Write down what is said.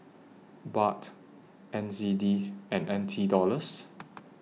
Baht N Z D and N T Dollars